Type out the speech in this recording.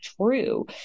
true